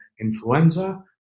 influenza